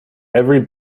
every